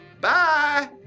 Bye